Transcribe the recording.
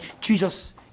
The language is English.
Jesus